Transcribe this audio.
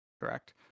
Correct